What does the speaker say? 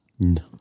No